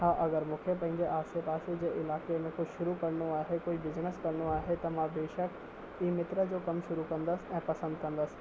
हा अगरि मूंखे पंहिंजे आसे पासे जे इलाइक़े में कुझु शुरू करिणो आहे कोई बिजनिस करिणो आहे त मां बेशक ई मित्र जो कमु शुरू कंदसि ऐं पसंदि कंदसि